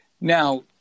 Now